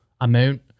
amount